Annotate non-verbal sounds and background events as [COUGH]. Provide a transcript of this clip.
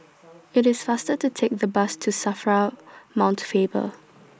[NOISE] IT IS faster to Take The Bus to SAFRA Mount Faber